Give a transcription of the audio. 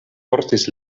portis